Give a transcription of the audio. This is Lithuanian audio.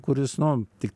kuris nu tik